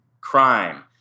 crime